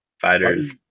Fighters